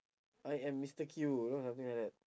I am mister Q you know something like that